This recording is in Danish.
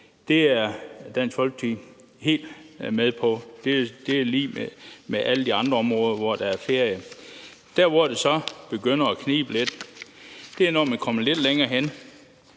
Det er Dansk Folkeparti helt med på, ligesom alle de andre områder, hvor der er ferie. Der, hvor det så begynder at knibe lidt, er, når man kommer lidt længere hen